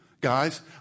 guys